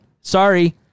Sorry